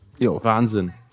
Wahnsinn